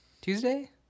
Tuesday